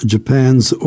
Japan's